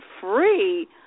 free